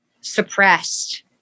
suppressed